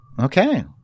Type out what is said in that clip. Okay